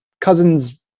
cousin's